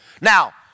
Now